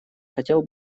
хотел